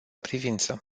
privință